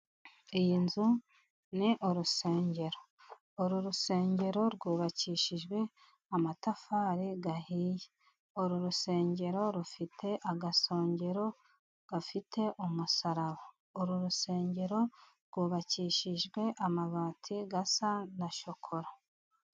Iyi nzu ni urusengero. Uru rusengero rwubakishijwe amatafari ahiye. Uru rusengero rufite agasongero gafite umusaraba. Uru rusengero rwubakishijwe amabati asa na shokora.